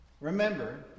Remember